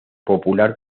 popular